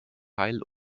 teil